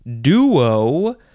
duo